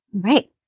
Right